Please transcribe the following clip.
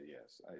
yes